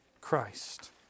Christ